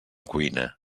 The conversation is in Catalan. cuina